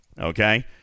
Okay